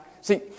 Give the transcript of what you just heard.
See